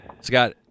Scott